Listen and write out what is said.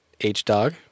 H-Dog